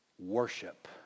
Worship